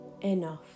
enough